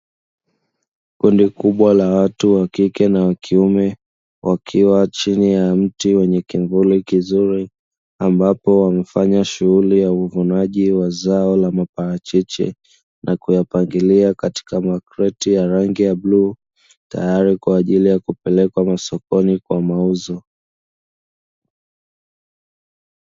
Kundi kubwa la watu wa kike na wa kiume wakiwa chini ya mti wenye kivuli kizuri ambapo wamefanya shughuli ya uvunaji wa zao la maparachichi na kuyapangilia katika makreti ya rangi ya bluu tayari kwa ajili ya kupelekwa masokoni kwa mauzo.